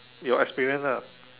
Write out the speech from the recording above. your experience ah